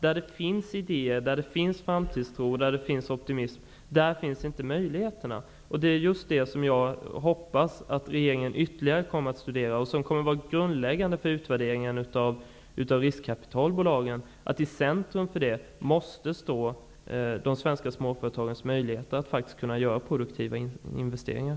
Där det finns idéer, framtidstro och optimism finns inte möjligheterna. Det är just detta som jag hoppas att regeringen kommer att studera ytterligare. I centrum för utvärderingen av riskkapitalbolagen måste finnas de svenska småföretagens möjligheter att göra produktiva investeringar.